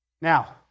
Now